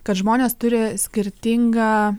kad žmonės turi skirtingą